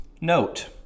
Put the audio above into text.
Note